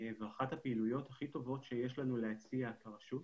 ואחת הפעילויות הכי טובות שיש לנו להציע כרשות.